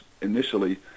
initially